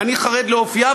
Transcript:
ואני חרד לאופייה,